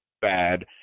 bad